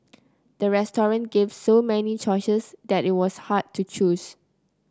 the restaurant gave so many choices that it was hard to choose